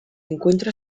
encuentra